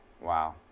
Wow